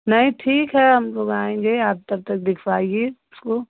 नहीं ठीक है हम लोग आएंगे आप तबत क दिखवाइए उसको